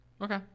Okay